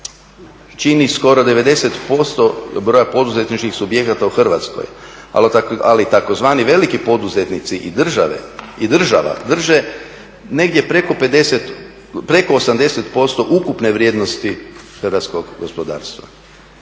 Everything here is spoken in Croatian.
čini skoro 90% broja poduzetničkih subjekata u Hrvatskoj, ali tzv. veliki poduzetnici i država drže negdje preko 80% ukupne vrijednosti hrvatskog gospodarstva.